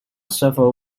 several